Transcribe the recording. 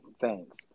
thanks